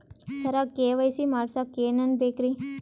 ಸರ KYC ಮಾಡಸಕ್ಕ ಎನೆನ ಬೇಕ್ರಿ?